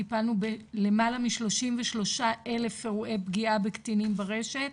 טיפלנו ב-למעלה מ- 33 אלף אירועי פגיעה בקטינים ברשת.